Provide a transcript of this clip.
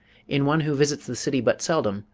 in one who visits the city but seldom,